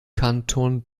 kanton